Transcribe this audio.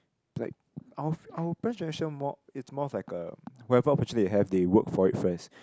like our our parents generation more it's more of like a whatever opportunity they have they work for it first